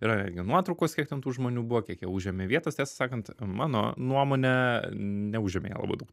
yra ir nuotraukos kiek ten tų žmonių buvo kiek jie užėmė vietos tiesą sakant mano nuomone neužėmė jie labai daug